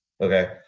Okay